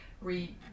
re